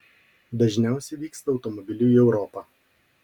dažniausiai vyksta automobiliu į europą